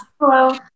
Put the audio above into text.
hello